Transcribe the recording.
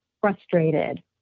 frustrated